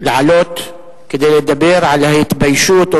לעלות כדי לדבר על ההתביישות או